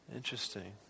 interesting